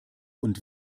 und